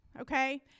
okay